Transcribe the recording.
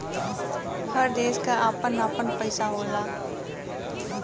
हर देश क आपन आपन पइसा होला